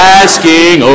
asking